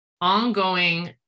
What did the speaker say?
ongoing